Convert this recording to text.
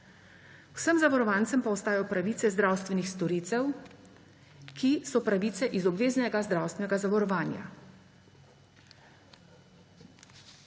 Vsem zavarovancem pa ostajajo pravice zdravstvenih storilcev, ki so pravice iz obveznega zdravstvenega zavarovanja.